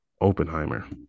Oppenheimer